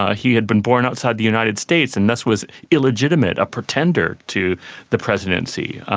ah he had been born outside the united states and thus was illegitimate, a pretender to the presidency.